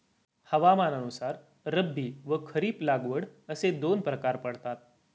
हवामानानुसार रब्बी व खरीप लागवड असे दोन प्रकार पडतात